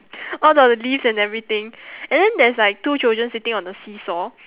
all the leaves and everything and then there's like two children sitting on the seesaw